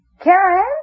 Karen